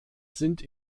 sind